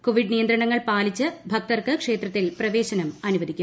Covid നിയന്ത്രണങ്ങൾ പാലിച്ച് ഭക്തർക്ക് ക്ഷേത്രത്തിൽ പ്രവേശനം അനുവദിക്കും